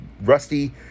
rusty